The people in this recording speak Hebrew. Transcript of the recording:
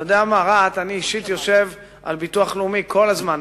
אני אישית יושב על הביטוח הלאומי כל הזמן,